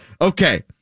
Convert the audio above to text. okay